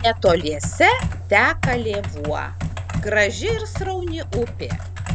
netoliese teka lėvuo graži ir srauni upė